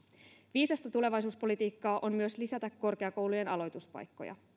viisasta tulevaisuuspolitiikkaa on myös lisätä korkeakoulujen aloituspaikkoja